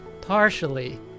partially